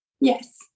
Yes